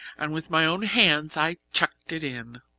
and with my own hands i chucked it in.